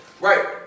Right